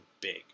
big